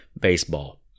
Baseball